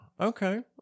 Okay